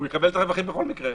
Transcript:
הוא יקבל את הרווחים בכל מקרה.